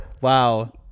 wow